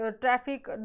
traffic